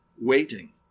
waiting